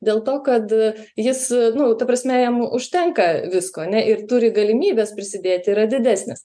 dėl to kad jis nu ta prasme jam užtenka visko ane ir turi galimybes prisidėti yra didesnis